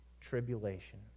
tribulation